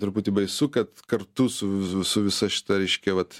truputį baisu kad kartu su su visa šita reiškia vat